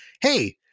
hey